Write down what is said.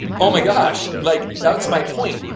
oh my gosh, like that's my point,